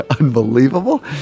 unbelievable